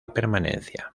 permanencia